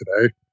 today